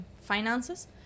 finances